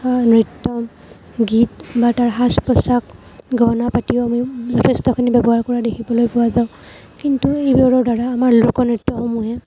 নৃত্য গীত বা তাৰ সাজ পোছাক গহনা পাতিও আমি যথেষ্টখিনি ব্যৱহাৰ কৰা দেখিবলৈ পোৱা যাওঁ কিন্ত এইবোৰৰদ্বাৰা আমাৰ লোকনৃত্যসমূহে